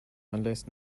unless